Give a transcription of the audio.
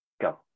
Go